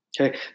Okay